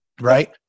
right